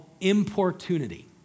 importunity